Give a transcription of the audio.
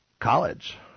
college